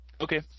Okay